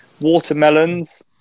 Watermelons